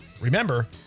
Remember